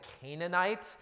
Canaanite